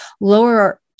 lower